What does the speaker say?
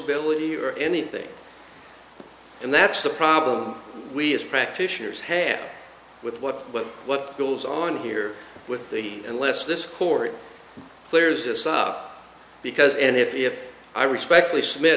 ability or anything and that's the problem we as practitioners have with what but what goes on here with the unless this court clears this up because and if i respectfully submit